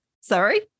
Sorry